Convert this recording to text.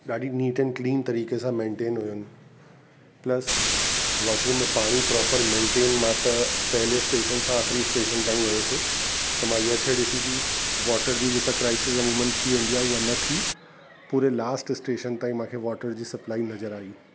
ॾाढी neat and clean तरीक़े सां मैंटेंन हुजनि प्लस वॉशरूम में पाणी प्रोपर मैंटेन त पहले स्टेशन सां आख़िरी स्टेशन ताईं वियुसि त मां इहा शइ ॾिसी की वॉटर जी जेका क्राइसिस अमूमन थी वेंदी आहे उहा नथी पूरे लास्ट स्टेशन ताईं मूंखे वॉटर जी सप्लाई नज़र आई